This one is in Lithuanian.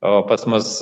o pas mus